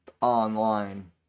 online